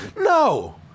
No